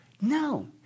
No